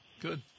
good